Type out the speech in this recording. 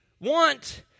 want